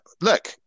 look